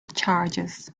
charges